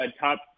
top